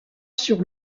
sur